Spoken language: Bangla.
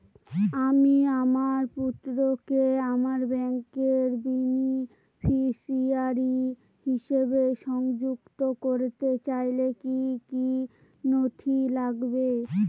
আমি আমার পুত্রকে আমার ব্যাংকের বেনিফিসিয়ারি হিসেবে সংযুক্ত করতে চাইলে কি কী নথি লাগবে?